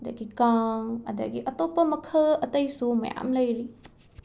ꯑꯗꯒꯤ ꯀꯥꯡ ꯑꯗꯒꯤ ꯑꯇꯣꯞꯄ ꯃꯈꯜ ꯑꯇꯩꯁꯨ ꯃꯌꯥꯝ ꯂꯩꯔꯤ